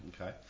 okay